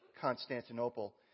Constantinople